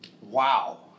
wow